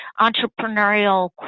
entrepreneurial